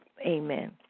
Amen